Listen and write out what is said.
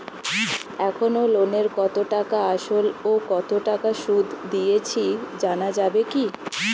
এখনো লোনের কত টাকা আসল ও কত টাকা সুদ দিয়েছি জানা যাবে কি?